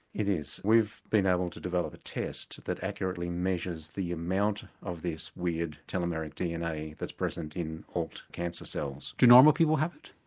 it is, we've been able to develop a test that accurately measures the amount of this weird telomeric dna that's present in alt cancer cells. do normal people have it?